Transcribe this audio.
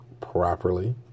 properly